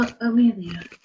Amelia